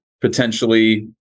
potentially